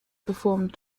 performed